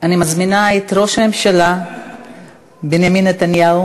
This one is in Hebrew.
מזמינה את ראש הממשלה בנימין נתניהו.